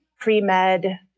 pre-med